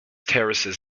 terraces